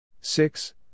Six